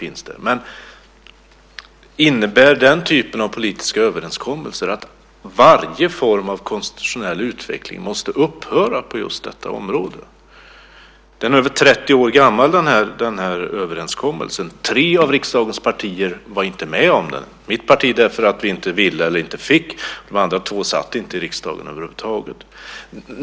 Visst, men innebär den typen av politiska överenskommelser att varje form av konstitutionell utveckling måste upphöra på just det området? Överenskommelsen är nu över 30 år gammal. Tre av riksdagens partier var inte med om den. Mitt parti var inte med för att vi inte ville eller inte fick, och de två andra satt inte i riksdagen över huvud taget.